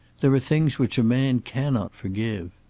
there are things which a man cannot forgive.